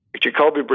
Jacoby